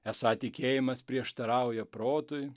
esą tikėjimas prieštarauja protui